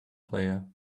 player